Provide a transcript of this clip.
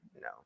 no